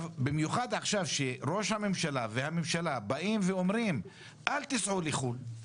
במיוחד עכשיו שראש הממשלה והממשלה באים ואומרים 'אל תסעו לחו"ל',